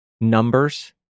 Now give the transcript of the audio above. Numbers